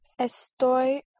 Estoy